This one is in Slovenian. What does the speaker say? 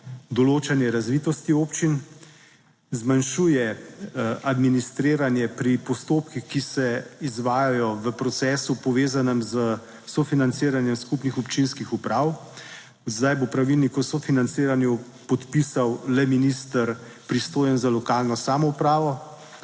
določanje razvitosti občin. Zmanjšuje administriranje pri postopkih, ki se izvajajo v procesu, povezanem s sofinanciranjem skupnih občinskih uprav. Zdaj bo pravilnik o sofinanciranju podpisal le minister pristojen za lokalno samoupravo.